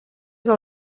del